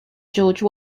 george